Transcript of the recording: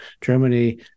Germany